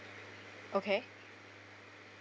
okay